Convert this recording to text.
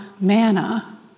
manna